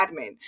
admin